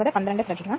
55 ഉം ആണ്